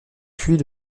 puis